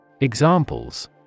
Examples